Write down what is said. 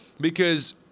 because-